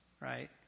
right